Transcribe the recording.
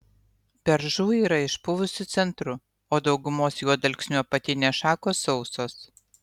beržų yra išpuvusiu centru o daugumos juodalksnių apatinės šakos sausos